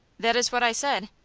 that is what i said.